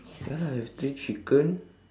ya lah I have three chicken